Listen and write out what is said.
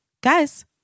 Guys